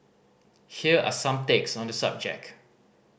here are some takes on the subject